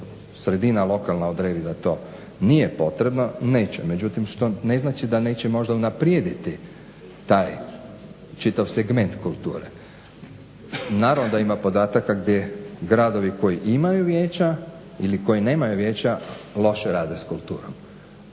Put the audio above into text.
sredina lokalna odredi da to nije potrebno neće. Međutim, što ne znači da neće možda unaprijediti taj, čitav segment kulture. Naravno da ima podataka gdje gradovi koji imaju vijeća ili koji nemaju vijeća loše rade s kulturom